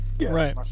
Right